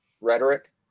rhetoric